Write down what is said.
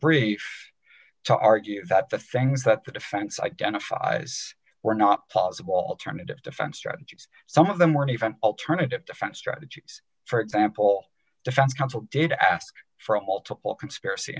brief to argue that the things that the defense identifies were not plausible alternative defense strategies some of them were alternative defense strategies for example defense counsel to ask for a multiple conspiracy